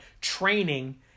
training